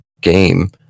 game